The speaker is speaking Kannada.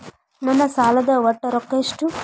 ನನ್ನ ಸಾಲದ ಒಟ್ಟ ರೊಕ್ಕ ಎಷ್ಟು?